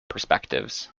perspectives